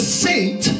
saint